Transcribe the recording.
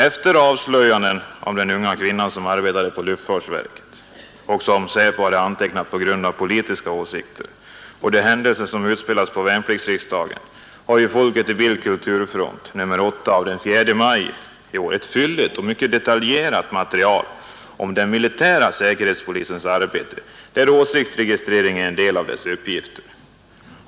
Efter avslöjandena om den unga kvinna som arbetade på luftfartsverket och som SÄPO hade antecknat på grund av politiska åsikter samt efter de händelser som utspelades på värnpliktsriksdagen redovisade tidningen Folket i Bild-Kulturfront i nummer 8 av den 4 maj i år ett fylligt och detaljerat material om den militära säkerhetspolisens arbete, i vilket åsiktsregistreringen är en del av arbetsuppgifterna.